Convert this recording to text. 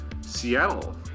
Seattle